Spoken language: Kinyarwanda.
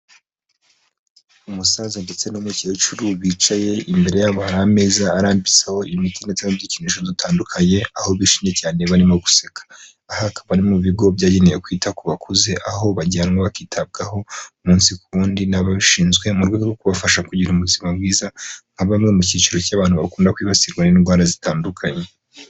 Umusaza ndetse n'umukecuru bicaye, imbere yabo hari ameza arambitseho imiti ndetse n'udukinisho dutandukanye aho bishimye cyane barimo guseka, aha hakaba ari mu bigo byagenewe kwita ku bakuze, aho bajyanwa bakitabwaho umunsi ku wundi n'ababishinzwe mu rwego rwo kubafasha kugira ubuzima bwiza nka bamwe mu cyiciro cy'abantu bakunda kwibasirwa n'indwara zitandukanye.